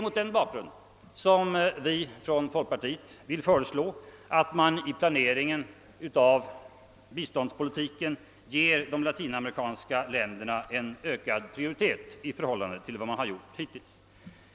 Mot den bakgrunden vill vi från folkpartiet föreslå att man vid planeringen av biståndspolitiken ger de latinamerikanska länderna ökad prioritet.